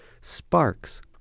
Sparks